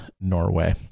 Norway